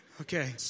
Okay